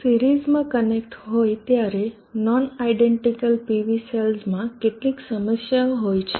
સિરીઝમાં કનેક્ટેડ હોય ત્યારે નોન આયડેન્ટીકલ PV સેલ્સમાં કેટલીક સમસ્યાઓ હોય છે